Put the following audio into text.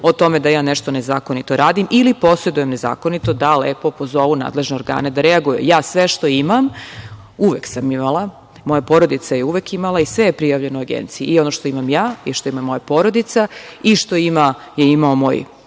o tome da ja nešto nezakonito radim ili posedujem nezakonito, da lepo pozovu nadležne organe da reaguju. Ja sve što imam, uvek sam imala, moja porodica je uvek imala i sve je prijavljeno agenciji i ono što imam ja i što ima moja porodica i što je imao moj